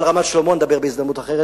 על רמת-שלמה נדבר בהזדמנות אחרת,